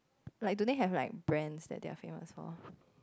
like do they have like brand that their famous for